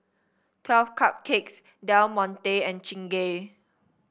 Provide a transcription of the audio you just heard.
Twelve Cupcakes Del Monte and Chingay